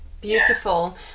beautiful